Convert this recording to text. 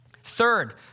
Third